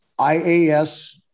ias